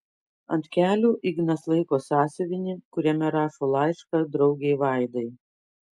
ant kelių ignas laiko sąsiuvinį kuriame rašo laišką draugei vaidai